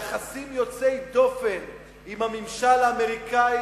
יחסים יוצאי דופן עם הממשל האמריקני